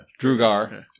Drugar